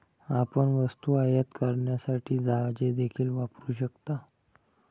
आपण वस्तू आयात करण्यासाठी जहाजे देखील वापरू शकता